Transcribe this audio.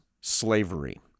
slavery